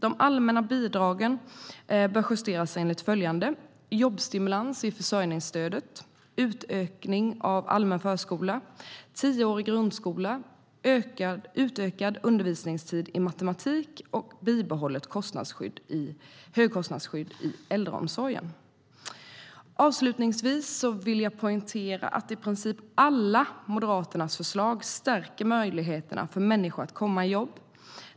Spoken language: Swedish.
De allmänna bidragen bör justeras enligt följande: jobbstimulans i försörjningsstödet, utökning av allmän förskola, tioårig grundskola, utökad undervisningstid i matematik och ett bibehållet högkostnadsskydd i äldreomsorgen. Avslutningsvis vill jag poängtera att i princip alla Moderaternas förslag stärker möjligheterna för människor att komma i jobb.